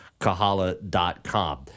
kahala.com